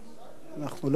לא רואים אותו כאן,